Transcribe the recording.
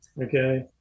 okay